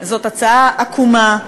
זאת הצעה עקומה,